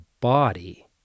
body